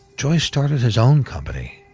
joyce started his own company,